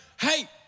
Hey